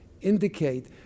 indicate